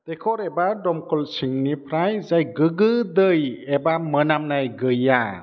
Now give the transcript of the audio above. दैखर एबा दमखल सिंनिफ्राय जाय गोगो दै एबा मोनामनाय गैया